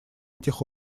этих